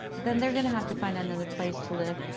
then they're gonna have to find another place to live.